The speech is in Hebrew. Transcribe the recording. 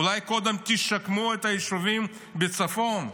אולי קודם תשקמו את היישובים בצפון?